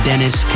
Dennis